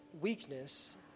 weakness